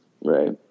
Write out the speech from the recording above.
Right